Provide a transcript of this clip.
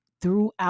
throughout